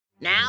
Now